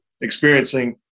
experiencing